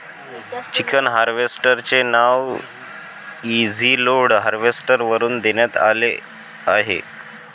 chicken harvester चे नाव easyload harvester वरून देण्यात आले आहे